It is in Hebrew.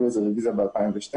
--- על זה רביזיה ב-2012,